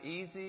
easy